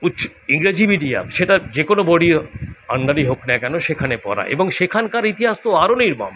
উচ ইংরাজি মিডিয়াম সেটা যে কোনও বোর্ডই আণ্ডারে হোক না কেন সেখানে পড়ায় এবং সেখানকার ইতিহাস তো আরও নির্মম